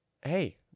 hey